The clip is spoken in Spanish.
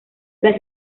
las